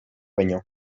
baino